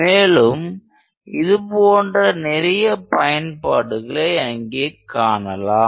மேலும் இது போன்ற நிறைய பயன்பாடுகளை அங்கே காணலாம்